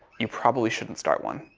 you probably shouldn't start one.